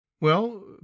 Well